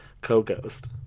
Co-ghost